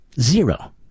Zero